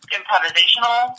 improvisational